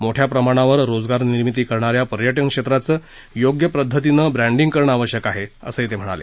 मोठया प्रमाणावर रोजगार निर्मीती करणाऱ्या पर्यटनक्षेत्राचं योग्य पद्धतीनं ब्रँडीग करणं आवश्यक आहे असंही ते म्हणाले